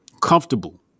comfortable